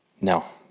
No